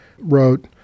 wrote